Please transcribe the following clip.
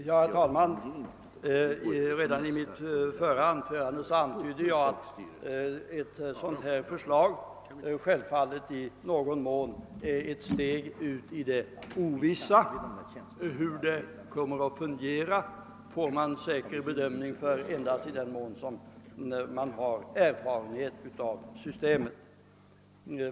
Herr talman! Redan i mitt förra anförande antydde jag att ett förslag som detta självfallet i någon mån är ett steg ut i det ovissa. Man kan inte säkert bedöma hur det kommer att fungera förrän man har erfarenhet av systemet.